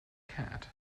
cat